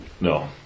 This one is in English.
No